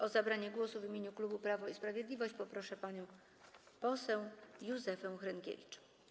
O zabranie głosu w imieniu klubu Prawo i Sprawiedliwość proszę panią poseł Józefę Hrynkiewicz.